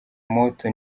moto